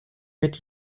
mit